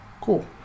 Cool